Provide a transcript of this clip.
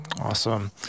awesome